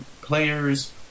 players